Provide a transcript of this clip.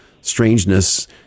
strangeness